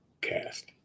cast